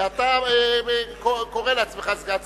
ואתה קורא לעצמך סגן שר,